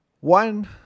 one